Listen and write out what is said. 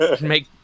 make